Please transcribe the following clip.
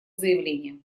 заявление